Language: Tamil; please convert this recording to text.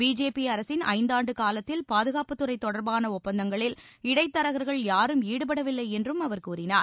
பிஜேபி அரசின் ஐந்தாண்டு காலத்தில் பாதுகாப்புத் துறை தொடர்பான ஒப்பந்தங்களில் இடைத் தரகர்கள் யாரும் ஈடுபடவில்லை என்றும் அவர் கூறினார்